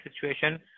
situation